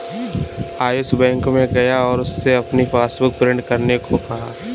Ayush bank में गया और उससे अपनी पासबुक प्रिंट करने को कहा